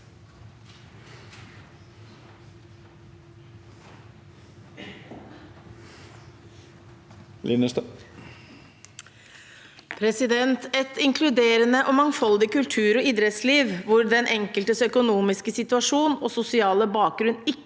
Et inklude- rende og mangfoldig kultur- og idrettsliv hvor den enkeltes økonomiske situasjon og sosiale bakgrunn ikke